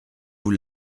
vous